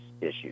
issues